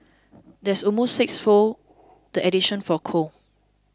that's almost sixfold the additions for coal